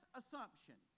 assumption